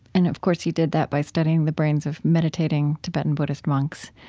and of course, he did that by studying the brains of meditating tibetan buddhist monks.